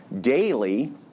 daily